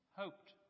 hoped